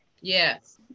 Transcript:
Yes